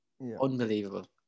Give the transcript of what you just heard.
unbelievable